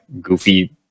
goofy